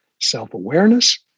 Self-awareness